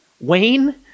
Wayne